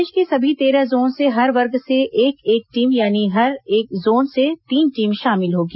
प्रदेश के सभी तेरह जोन से हर वर्ग से एक एक टीम यानि हर एक जोन से तीन टीम शामिल होगी